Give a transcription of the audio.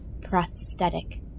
Prosthetic